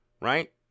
right